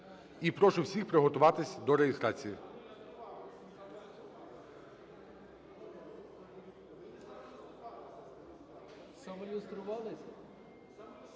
І прошу всіх приготуватися до реєстрації.